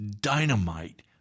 dynamite